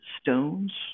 stones